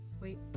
wait